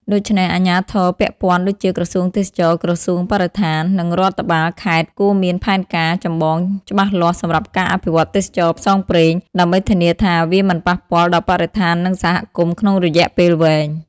ដូច្នេះ អាជ្ញាធរពាក់ព័ន្ធដូចជាក្រសួងទេសចរណ៍ ក្រសួងបរិស្ថាន និងរដ្ឋបាលខេត្តគួរមានផែនការចម្បងច្បាស់លាស់សម្រាប់ការអភិវឌ្ឍទេសចរណ៍ផ្សងព្រេង ដើម្បីធានាថាវាមិនប៉ះពាល់ដល់បរិស្ថាននិងសហគមន៍ក្នុងរយៈពេលវែង។